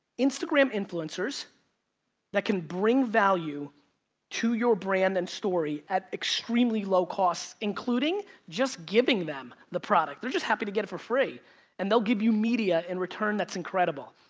instagram influencers that can bring value to your brand and story at extremely low costs including just giving them the product, they're just happy to get it for free and they'll give you media in return that's incredible.